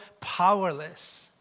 powerless